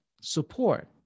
support